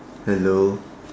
hello